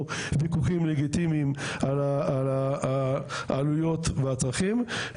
וויכוחים לגיטימיים על העלויות והצרכים.